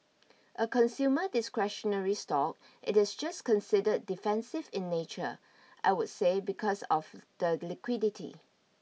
a consumer discretionary stock it is just considered defensive in nature I would say because of the liquidity